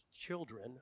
children